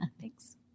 Thanks